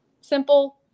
simple